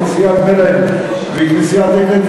כנסיית בירעם וכנסיית אקרית,